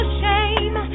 shame